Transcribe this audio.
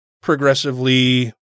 progressively